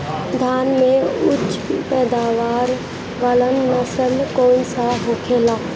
धान में उच्च पैदावार वाला नस्ल कौन सा होखेला?